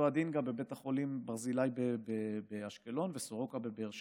אותו הדין בבית החולים ברזילי באשקלון וסורוקה בבאר שבע,